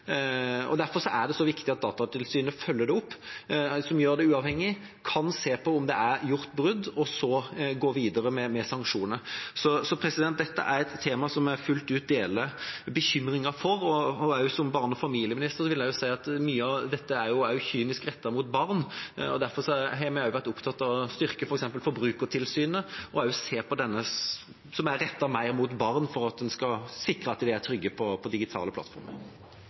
Derfor er det så viktig at Datatilsynet, som uavhengig, følger dette opp og kan se på om det er gjort brudd, og så gå videre med sanksjoner. Dette er et tema som jeg fullt ut deler bekymringen for. Som barne- og familieminister vil jeg si at mye av dette også er kynisk rettet mot barn. Derfor har vi vært opptatt av å styrke f.eks. Forbrukertilsynet, og også se på det som er rettet mer mot barn, for at en skal sikre at de er trygge på digitale plattformer.